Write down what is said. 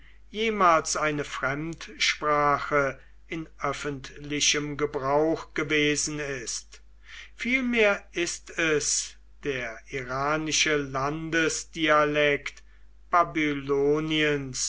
jemals eine fremdsprache in öffentlichem gebrauch gewesen ist vielmehr ist es der iranische landesdialekt